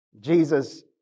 Jesus